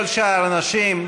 כל שאר האנשים,